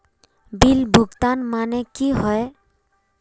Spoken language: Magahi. बिल भुगतान माने की होय?